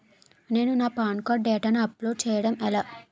నేను నా PAN card డేటాను అప్లోడ్ చేయడం ఎలా?